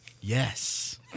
Yes